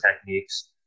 techniques